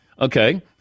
Okay